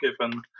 given